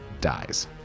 dies